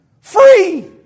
Free